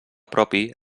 propi